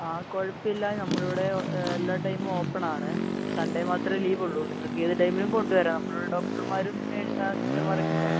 അ കുഴപ്പമില്ല നമ്മളിവിടെ എല്ലാ ടൈംമും ഓപ്പണാണ് സൺഡേ മാത്രമേ ലീവുള്ളു നിങ്ങൾക്ക് ഏത് ടൈംമിലും കൊണ്ടുവരാം നമ്മൾ ഇവിടെ ഡോക്ടർമാരും നഴ്സും അസ്സിസ്റ്റൻറ്റുമാരൊക്കെ ഉണ്ടാവും